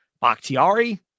Bakhtiari